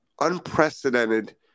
unprecedented